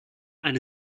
eine